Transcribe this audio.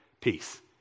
peace